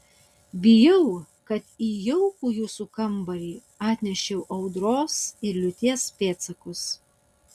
bijau kad į jaukų jūsų kambarį atnešiau audros ir liūties pėdsakus